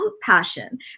passion